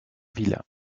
vila